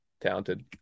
talented